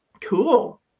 Cool